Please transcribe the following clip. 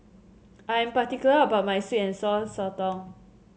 I am particular about my sweet and Sour Sotong